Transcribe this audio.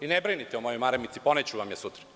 Ne brinite o mojoj maramici, poneću vam je sutra.